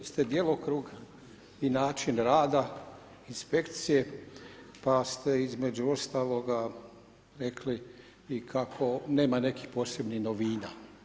djelokrug i način rada, inspekcije, pa ste između ostaloga rekli i kako nema nekih posebnih novina.